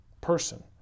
person